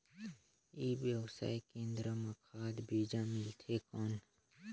ई व्यवसाय केंद्र मां खाद बीजा मिलथे कौन?